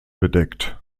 bedeckt